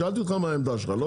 שאלתי אותך מה העמדה שלך, לא?